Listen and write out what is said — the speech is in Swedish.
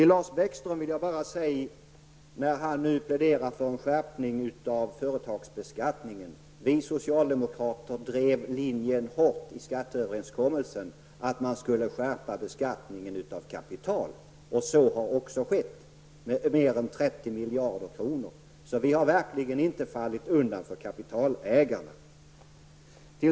Lars Bäckström säger att han pläderar för en skärpning av företagsbeskattningen. Vi socialdemokrater drev i skatteuppgörelsen hårt den linjen att man skulle skärpa beskattningen av kapital. Så har också skett med mer än 30 miljarder kronor. Vi har verkligen inte fallit undan för kapitalägarna.